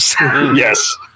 Yes